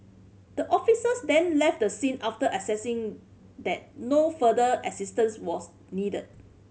the officers then left the scene after assessing that no further assistance was needed